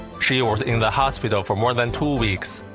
she was in the hospital for more than two weeks,